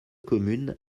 communes